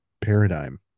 paradigm